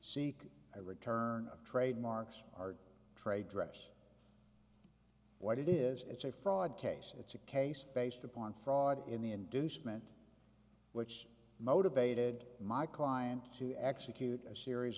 seek a return of trademarks or trade dress what it is it's a fraud case it's a case based upon fraud in the inducement which motivated my client to execute a series